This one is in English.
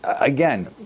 again